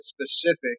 specific